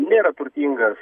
nėra turtingas